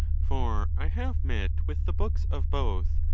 for i have met with the books of both,